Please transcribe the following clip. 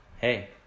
Hey